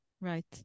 Right